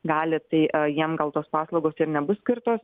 gali tai jiem gal tos paslaugos ir nebus skirtos